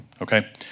okay